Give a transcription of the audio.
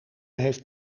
heeft